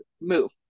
move